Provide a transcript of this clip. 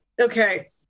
Okay